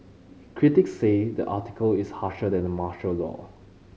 critics say the article is harsher than the martial law